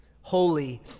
holy